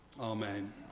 Amen